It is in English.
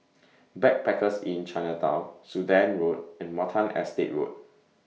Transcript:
Backpackers Inn Chinatown Sudan Road and Watten Estate Road